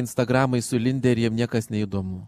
instagramai sulindę ir jiem niekas neįdomu